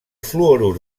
fluorur